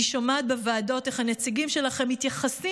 אני שומעת בוועדות איך הנציגים שלכם מתייחסים